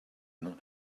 not